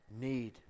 need